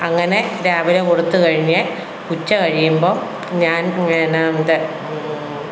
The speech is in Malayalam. അങ്ങനെ രാവിലെ കൊടുത്തു കഴിഞ്ഞ് ഉച്ച കഴിയുമ്പോൾ ഞാൻ പിന്നെ ഇത്